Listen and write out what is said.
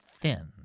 thin